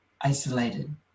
isolated